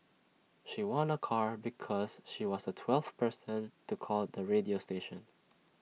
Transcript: she won A car because she was the twelfth person to call the radio station